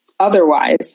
Otherwise